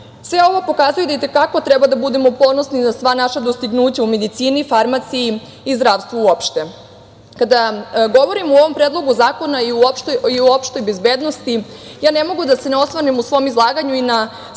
ovo pokazuje da i te kako treba da budemo ponosni na sva naša dostignuća u medicini, farmaciji i zdravstvu uopšte. Kada govorimo o ovom Predlogu zakona i o opštoj bezbednosti ja ne mogu a da se ne osvrnem u svom izlaganju na stalne